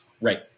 Right